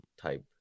type